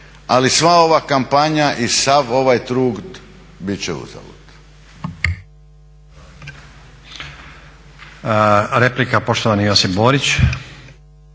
ali sva ova kampanja i sav ovaj trud bit će uzalud.